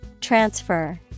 Transfer